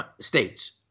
states